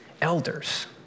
elders